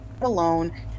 alone